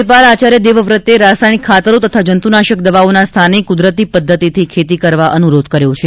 રાજ્યપાલ આચાર્ય દેવવ્રતે રાસાયણિક ખાતરો તથા જંતુનાશક દવાઓના સ્થાને કુદરતી પદ્ધતિથી ખેતી કરવા અનુરોધ કર્યો છે